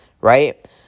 right